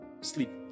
sleep